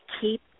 Keep